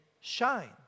shine